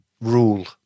Rule